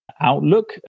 Outlook